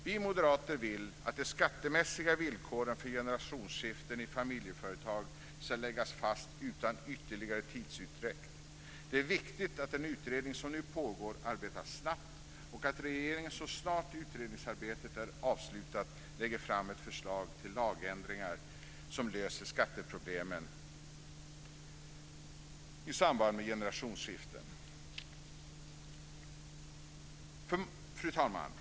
Vi moderater vill att de skattemässiga villkoren för generationsskiften i familjeföretag ska läggas fast utan ytterligare tidsutdräkt. Det är viktigt att den utredning som nu pågår arbetar snabbt och att regeringen så snart utredningsarbetet är avslutat lägger fram ett förslag till lagändringar som löser skatteproblemen i samband med generationsskiften. Fru talman!